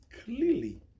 clearly